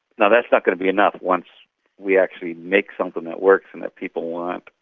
now that's not going to be enough once we actually make something that works and that people want.